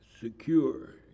secure